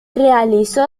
realizó